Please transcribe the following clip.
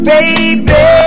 Baby